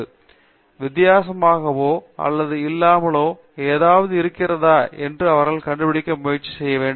பேராசிரியர் அரிந்தமா சிங் வித்தியாசமாகவோ அல்லது இல்லாமலோ ஏதாவது இருக்கிறதா என அவர்கள் கண்டுபிடிக்க முயற்சி செய்ய வேண்டும்